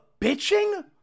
bitching